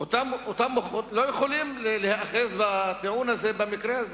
לא יכולים להיאחז בטיעון הזה במקרה הזה.